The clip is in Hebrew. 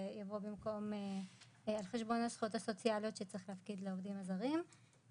לבוא על חשבון הזכויות הסוציאליות שצריך להפקיד לעובדים הזרים,